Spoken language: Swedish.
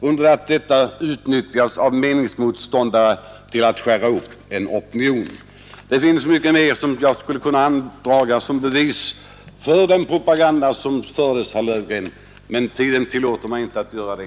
Undra på att detta utnyttjas av meningsmotståndare till att skärra upp en opinion! ” Det finns mycket mer som jag skulle kunna anföra som bevis för den propaganda som föres, herr Löfgren, men tiden tillåter inte att jag gör det.